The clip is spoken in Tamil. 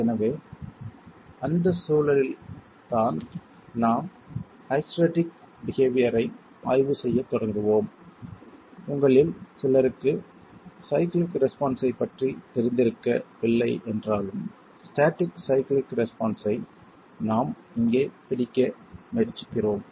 எனவே அந்தச் சூழலில்தான் நாம் ஹைஸ்டெரெடிக் பிஹேவியர் ஐ ஆய்வு செய்யத் தொடங்குவோம் உங்களில் சிலருக்கு சைக்ளிக் ரெஸ்பான்ஸ் ஐப் பற்றித் தெரிந்திருக்கவில்லை என்றாலும் ஸ்டேடிக் சைக்ளிக் ரெஸ்பான்ஸ் ஐ நாம் இங்கே பிடிக்க முயற்சிக்கிறோம்